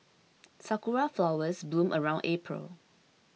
sakura flowers bloom around April